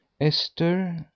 esther